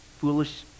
foolish